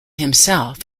himself